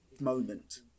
moment